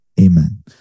Amen